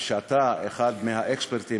שאתה אחד מהאקספרטים,